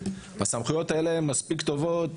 הסמכויות האלה הן מספיק טובות